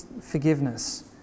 forgiveness